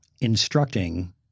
instructing